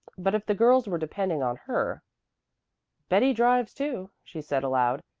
but if the girls were depending on her betty drives too, she said aloud.